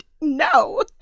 No